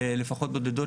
לפחות בודדות,